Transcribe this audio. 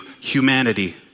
humanity